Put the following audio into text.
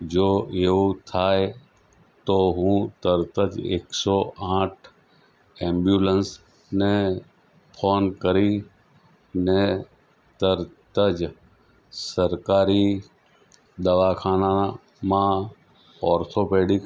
જો એવું થાય તો હું તરત જ એકસો આઠ એમ્બ્યુલન્સ ને ફોન કરી ને તરત જ સરકારી દવાખાનાના માં ઓર્થોપેડિક